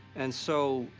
and, so,